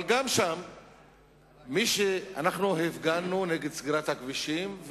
גם שם אנחנו הפגנו נגד סגירת הכבישים,